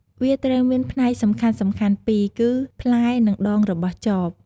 វាត្រូវមានផ្នែកសំខាន់ៗពីរគឺ ផ្លែនិងដងរបស់ចប។